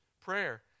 prayer